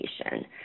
education